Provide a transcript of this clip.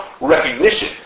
recognition